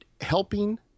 Helping